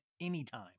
anytime